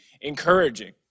encouraging